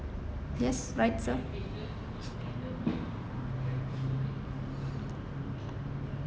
yes right sir